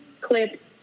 clip